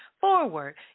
forward